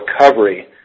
recovery